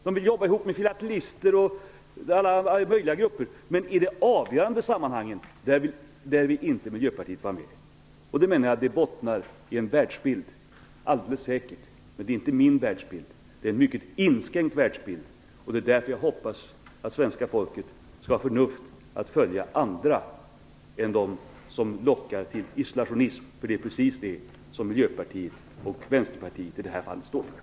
De vill jobba ihop med filatelister och alla möjliga grupper, men i de avgörande sammanhangen vill Miljöpartiet inte vara med. Det bottnar alldeles säkert i en världsbild, men det är inte min världsbild. Det är en mycket inskränkt världsbild. Det är därför som jag hoppas att svenska folket skall ha förnuft att följa andra än dem som lockar till isolationism. Det är precis vad Miljöpartiet och Vänsterpartiet står för i det här fallet.